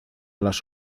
las